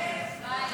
התשפ"ה 2024,